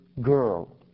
girl